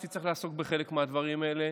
שתצטרך לעסוק בחלק מהחוקים האלה,